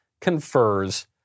confers